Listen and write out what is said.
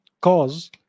cause